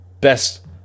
best